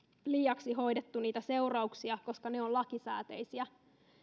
liiaksi hoidettu niitä seurauksia koska ne ovat lakisääteisiä